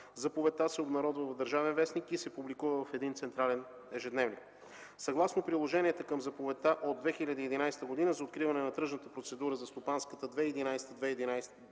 Заповедта се обнародва в „Държавен вестник” и се публикува в един централен ежедневник. Съгласно приложенията към заповедта от 2011 г., за откриване на тръжната процедура за стопанската 2011-2012 г.,